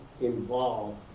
involved